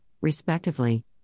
respectively